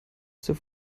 zur